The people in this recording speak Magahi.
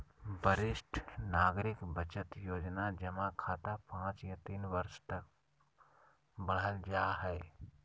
वरिष्ठ नागरिक बचत योजना जमा खाता पांच या तीन वर्ष तक बढ़ल जा हइ